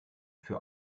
für